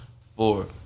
four